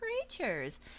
creatures